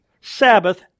Sabbath